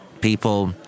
People